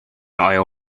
oil